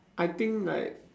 I think like